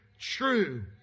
true